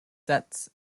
sets